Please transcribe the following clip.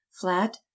flat